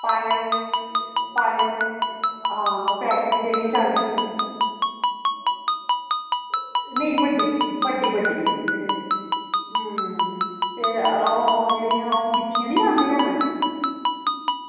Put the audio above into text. पायल पायल आं पैरें च जेह्ड़ियां चांदी दियां नेईं बड्डी बड्डी नेईं ओह् जेह्ड़ियां बिच्छियां निं पांदियां न